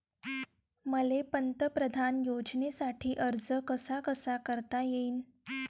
मले पंतप्रधान योजनेसाठी अर्ज कसा कसा करता येईन?